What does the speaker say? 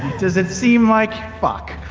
does it seem like, fuck